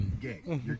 Gay